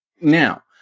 now